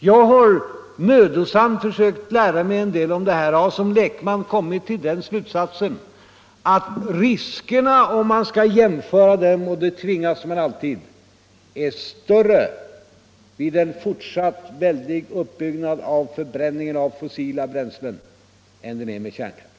Jag har mödosamt försökt lära mig en del om detta och har som lekman kommit till den slutsatsen att riskerna, om man skall jämföra dem — och det tvingas man alltid göra — är större vid en fortsatt väldig utbyggnad av förbränningen av fossila bränslen än de är med kärnkraft.